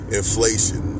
inflation